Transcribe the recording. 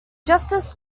justice